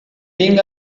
being